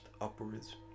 upwards